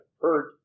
hurt